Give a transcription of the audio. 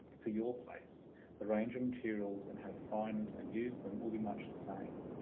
for your place the range of materials and how to find and use them will be much the same,